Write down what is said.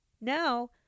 Now